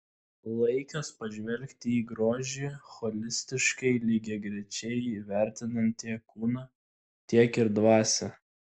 laikas pažvelgti į grožį holistiškai lygiagrečiai vertinant tiek kūną tiek ir dvasią